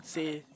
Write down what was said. say